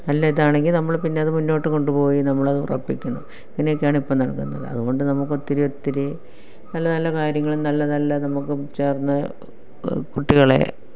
നല്ല ഇതാണെങ്കിൽ നമ്മൾ പിന്നത് മുന്നോട്ട് കൊണ്ടുപോയി നമ്മളത് ഉറപ്പിക്കുന്നു ഇങ്ങനെ ഒക്കെയാണ് ഇപ്പോൾ നടക്കുന്നത് അതുകൊണ്ട് നമുക്കൊത്തിരി ഒത്തിരി നല്ല നല്ല കാര്യങ്ങളും നല്ല നല്ല നമുക്കും ചേര്ന്ന് കുട്ടികളെ